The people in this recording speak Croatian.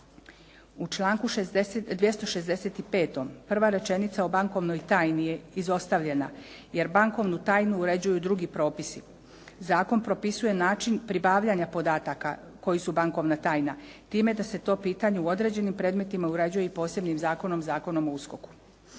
U članku 265. prva rečenica o bankovnoj tajni je izostavljena jer bankovnu tajnu uređuju drugi propisi. Zakon propisuje način pribavljanja podataka koji su bankovna tajna time da se to pitanje u određenim predmetima ugrađuje i posebnim zakonom Zakonom o USKOK-u.